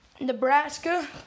Nebraska